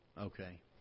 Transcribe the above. Okay